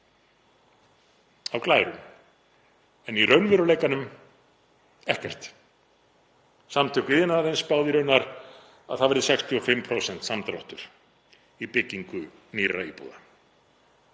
á glærum en í raunveruleikanum ekkert. Samtök iðnaðarins spá því raunar að það verði 65% samdráttur í byggingu nýrra íbúða.